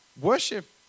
worship